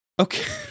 okay